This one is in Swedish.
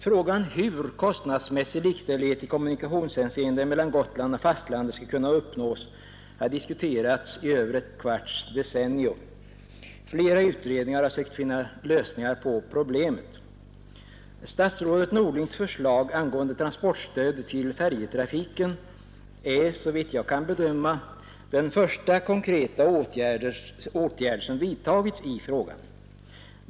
Frågan hur kostnadsmässig likställighet i kommunikationshänseende mellan Gotland och fastlandet skall kunna uppnås har diskuterats i över ett kvarts decennium. Flera utredningar har sökt finna lösningar på problemet. Statsrådet Norlings förslag om transportstöd till färjetrafiken är såvitt jag kan bedöma den första konkreta åtgärd som vidtagits i frågan.